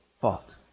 fault